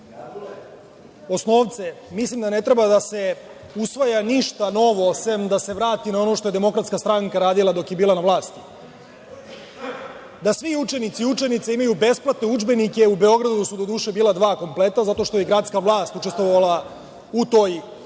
osnovce, mislim da ne treba da se usvaja ništa novo, sem da se vrati na ono što je DS radila dok je bila na vlasti. Da svi učenici i učenice imaju besplatne udžbenike, u Beogradu su doduše bila dva kompleta, zato što je gradska vlast učestvovala u toj akciji. Ono